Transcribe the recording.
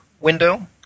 window